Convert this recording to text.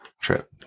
trip